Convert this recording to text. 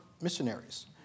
missionaries